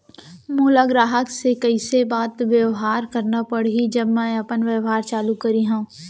मोला ग्राहक से कइसे बात बेवहार करना पड़ही जब मैं अपन व्यापार चालू करिहा?